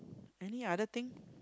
any other thing